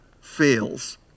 fails